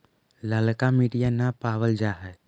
ललका मिटीया न पाबल जा है?